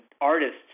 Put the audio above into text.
artists